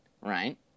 right